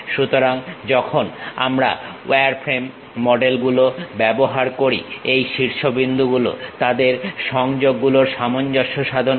সুতরাং যখন আমরা ওয়ারফ্রেম মডেল গুলো ব্যবহার করি এই শীর্ষবিন্দুগুলো তাদের সংযোগগুলোর সামঞ্জস্য সাধন করে